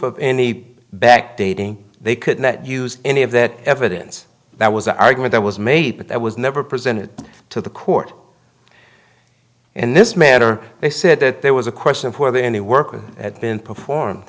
of any backdating they could not use any of that evidence that was an argument that was made but that was never presented to the court in this matter they said that there was a question for the any worker had been performed